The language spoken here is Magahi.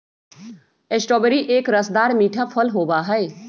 स्ट्रॉबेरी एक रसदार मीठा फल होबा हई